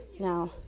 Now